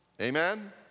Amen